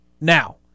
Now